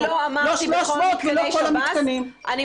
דיברו כאן שתי